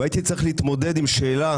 והייתי צריך להתמודד עם שאלה,